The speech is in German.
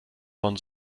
von